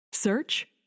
Search